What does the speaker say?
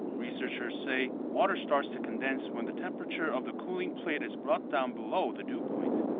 researchers say water starts to condense when the temperature of the cooling plate is brought down below the dew point.